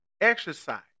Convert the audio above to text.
exercise